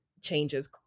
changes